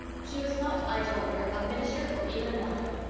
she was not, i told her, a minister or even an elder.